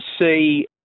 see –